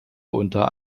unter